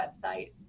website